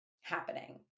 happening